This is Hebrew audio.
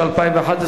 התשע"א 2011,